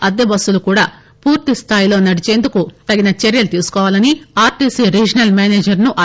అద్దెబస్సులు కూడా పూర్తిస్దాయిలో నడిచేందుకు తగిన చర్యలు తీసుకోవాలని ఆర్టీసీ రీజనల్ మేనేజర్ ను ఆదేశించారు